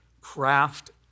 craft